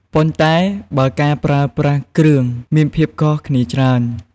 ប៉ុន្តែបើការប្រើប្រាស់គ្រឿងមានភាពខុសគ្នាច្រើន។